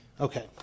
Okay